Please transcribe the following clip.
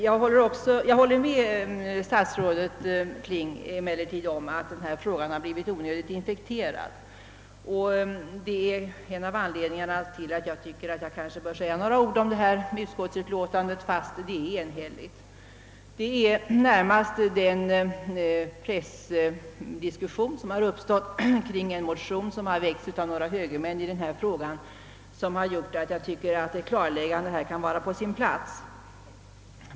Jag håller emellertid med statsrådet Kling om att frågan har blivit onödigt infekterad, och det är en av anledningarna till att jag finner mig böra säga några ord om utskottsutlåtandet, trots att det är enhälligt. Det är närmast den pressdiskussion som uppstått kring en motion av några högermän som gjort att ett klarläggande är på sin plats.